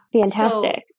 Fantastic